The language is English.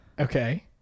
Okay